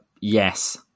Yes